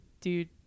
dude